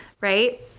right